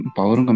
power